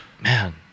man